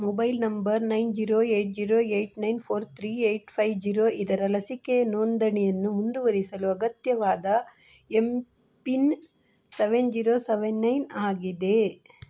mobile number nine zero eight zero eight nine four three eight five zero ಇದರ ಲಸಿಕೆ ನೋಂದಣಿಯನ್ನು ಮುಂದುವರಿಸಲು ಅಗತ್ಯವಾದ M PIN seven zero seven nine ಆಗಿದೆ